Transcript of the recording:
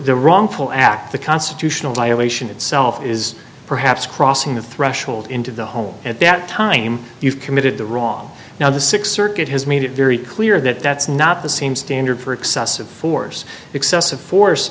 the wrongful act the constitutional violation itself is perhaps crossing the threshold into the home at that time you've committed the wrong now the sixth circuit has made it very clear that that's not the same standard for excessive force excessive force